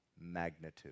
magnitude